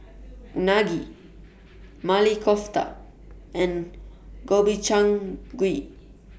Unagi Maili Kofta and Gobchang Gui